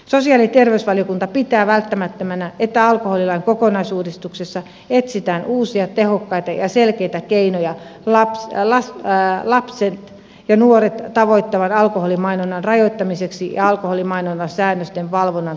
sosiaali ja terveysvaliokunta pitää välttämättömänä että alkoholilain kokonaisuudistuksessa etsitään uusia tehokkaita ja selkeitä keinoja lapset ja nuoret tavoittavan alkoholimainonnan rajoittamiseksi ja alkoholimainonnan säännösten valvonnan tehostamiseksi